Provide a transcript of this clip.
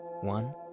One